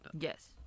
Yes